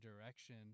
direction